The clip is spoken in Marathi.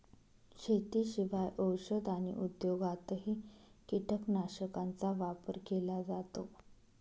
शेतीशिवाय औषध आणि उद्योगातही कीटकनाशकांचा वापर केला जातो